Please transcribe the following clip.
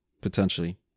potentially